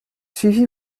suivi